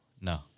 No